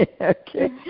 okay